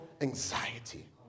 anxiety